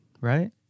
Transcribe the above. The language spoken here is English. Right